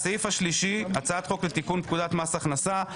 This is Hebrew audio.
הסעיף השלישי הצעת חוק לתיקון פקודת מס הכנסה,